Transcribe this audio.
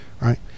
Right